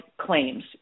claims